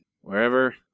wherever